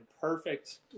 perfect